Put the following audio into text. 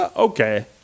okay